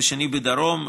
והשני בדרום,